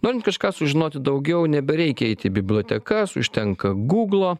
norint kažką sužinoti daugiau nebereikia eit į bibliotekas užtenka guglo